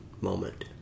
moment